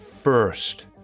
first